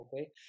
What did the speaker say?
okay